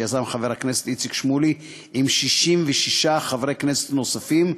שיזם חבר הכנסת איציק שמולי עם 66 חברי כנסת נוספים,